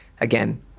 again